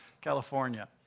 California